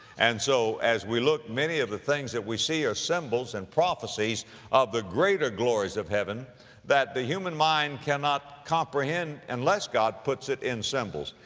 and so, as we look, many of the things that we see are symbols and prophecies of the greater glories of heaven that the human mind cannot comprehend unless god puts it in symbols.